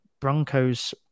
Broncos